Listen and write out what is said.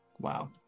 wow